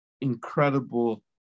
incredible